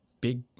big